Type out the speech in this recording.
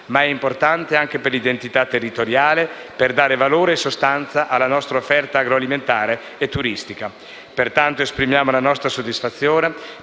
ma è importante anche per l'identità territoriale, per dare valore e sostanza alla nostra offerta agroalimentare e turistica. Pertanto esprimiamo la nostra soddisfazione